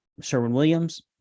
Sherwin-Williams